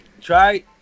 try